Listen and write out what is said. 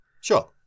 Sure